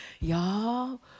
y'all